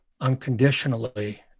unconditionally